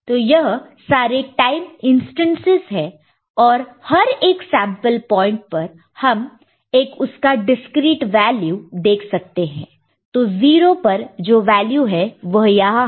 तो यह सारे टाइम इंस्टेंसस है और हर एक सैंपल पॉइंट पर हम एक उसका डिस्क्रीट वैल्यू देख सकते हैं तो 0 पर जो वैल्यू है वह यहां है